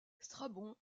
strabon